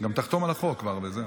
גם תחתום על החוק וזהו.